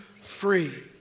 free